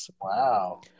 Wow